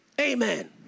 Amen